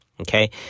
Okay